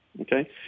okay